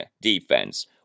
defense